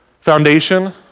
foundation